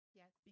yes